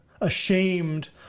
ashamed